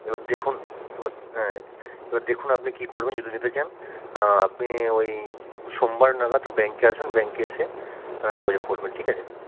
এবার দেখুন এবার হ্যাঁ এবার দেখুন আপনি কী করবেন যদি নিতে চান আপনি ওই সোমবার নাগাদ ব্যাঙ্কে আসুন ব্যাঙ্কে এসে যোগাযোগ করবেন ঠিক আছে